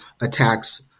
attacks